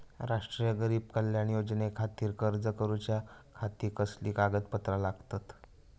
राष्ट्रीय गरीब कल्याण योजनेखातीर अर्ज करूच्या खाती कसली कागदपत्रा लागतत?